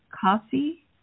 coffee